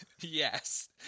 Yes